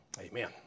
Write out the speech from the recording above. Amen